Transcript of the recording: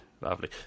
lovely